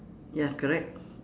ya correct